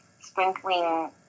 sprinkling